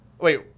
Wait